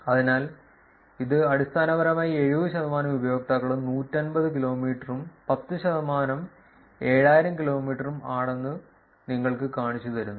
അതിനാൽ ഇത് അടിസ്ഥാനപരമായി 70 ശതമാനം ഉപയോക്താക്കളും 150 കിലോമീറ്ററും 10 ശതമാനം 7000 കിലോമീറ്ററും ആണെന്ന് നിങ്ങൾക്ക് കാണിച്ചുതരുന്നു